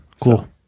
Cool